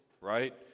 right